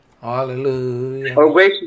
Hallelujah